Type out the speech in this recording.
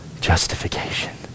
justification